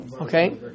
okay